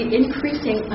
increasing